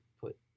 put